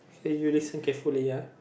okay you listen carefully ah